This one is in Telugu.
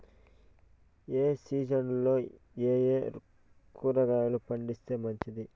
ఏ సీజన్లలో ఏయే కూరగాయలు పండిస్తే మంచిది